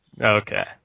Okay